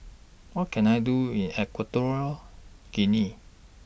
What Can I Do in Equatorial Guinea